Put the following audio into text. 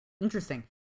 interesting